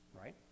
right